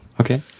Okay